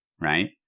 right